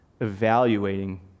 evaluating